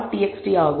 txt" ஆகும்